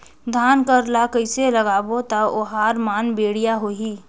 धान कर ला कइसे लगाबो ता ओहार मान बेडिया होही?